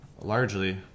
largely